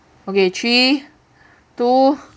okay three two